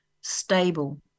stable